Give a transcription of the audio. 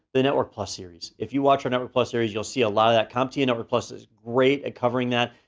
the network plus series. if you watch our network plus series you'll see a lot of that. comptia and network plus is great at covering that.